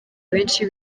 benshi